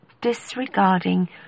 disregarding